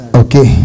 okay